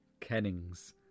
kennings